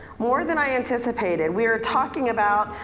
more than i anticipated. we are talking about,